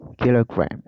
kilogram